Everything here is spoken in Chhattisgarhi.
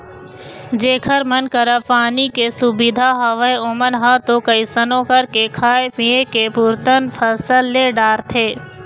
जेखर मन करा पानी के सुबिधा हवय ओमन ह तो कइसनो करके खाय पींए के पुरतन फसल ले डारथे